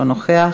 אינו נוכח,